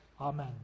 Amen